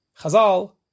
Chazal